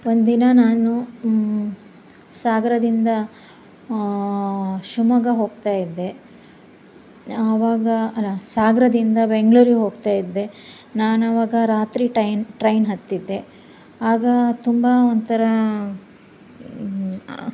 ಒಂದಿನ ನಾನು ಸಾಗರದಿಂದ ಶಿವಮೊಗ್ಗ ಹೋಗ್ತಾ ಇದ್ದೆ ಆವಾಗ ಅಲ್ಲ ಸಾಗರದಿಂದ ಬೆಂಗ್ಳೂರಿಗೆ ಹೋಗ್ತಾ ಇದ್ದೆ ನಾನು ಅವಾಗ ರಾತ್ರಿ ಟೈನ್ ಟ್ರೈನ್ ಹತ್ತಿದ್ದೆ ಆಗ ತುಂಬ ಒಂಥರ